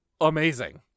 amazing